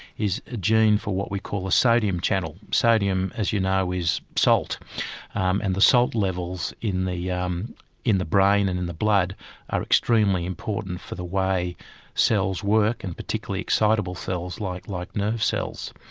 is a gene for what we call the ah sodium channel. sodium as you know is salt um and the salt levels in the yeah um in the brain and in the blood are extremely important for the way cells work and particularly excitable cells like like nerve cells.